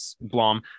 Blom